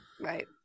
Right